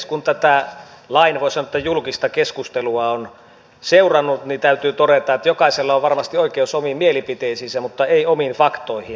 kun tätä lain voisi sanoa julkista keskustelua on seurannut niin täytyy todeta että jokaisella on varmasti oikeus omiin mielipiteisiinsä mutta ei omiin faktoihin